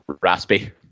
raspy